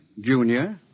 Junior